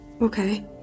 Okay